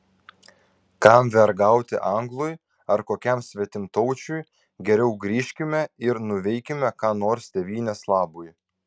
kam vergauti anglui ar kokiam svetimtaučiui geriau grįžkime ir nuveikime ką nors tėvynės labui